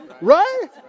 Right